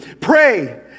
pray